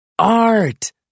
Art